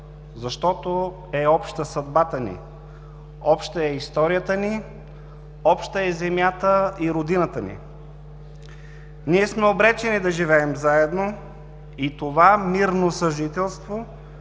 защото е обща съдбата ни, обща е историята ни, обща е земята и родината ни. Ние сме обречени да живеем заедно и това мирно съжителство